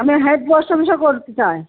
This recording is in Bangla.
আমি প্রশংসা করছি তাই